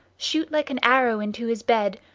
shoot like an arrow into his bed,